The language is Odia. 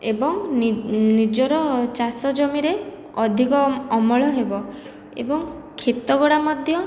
ଏବଂ ନିଜର ଚାଷ ଜମିରେ ଅଧିକ ଅମଳ ହେବ ଏବଂ କ୍ଷେତ ଗୁଡ଼ାକ ମଧ୍ୟ